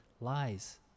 lies